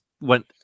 went